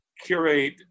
curate